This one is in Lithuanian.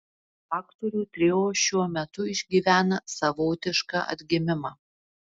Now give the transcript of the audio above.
aktorių trio šiuo metu išgyvena savotišką atgimimą